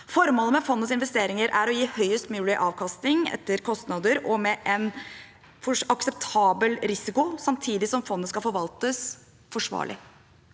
Formålet med fondets investeringer er å gi høyest mulig avkastning etter kostnader, med en akseptabel risiko, samtidig som fondet skal forvaltes forsvarlig.